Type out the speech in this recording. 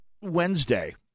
Wednesday